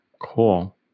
cool